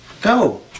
go